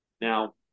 Now